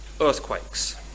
earthquakes